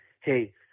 hey